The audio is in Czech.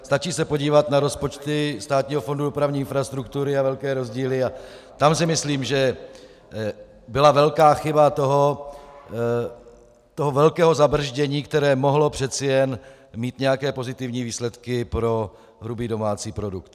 Stačí se podívat na rozpočty Státního fondu dopravní infrastruktury a velké rozdíly a tam si myslím, že byla velká chyba toho velkého zabrzdění, které mohlo přeci jen mít nějaké pozitivní výsledky pro hrubý domácí produkt.